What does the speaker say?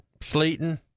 sleeting